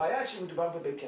הבעיה שמדובר בבית ינאי.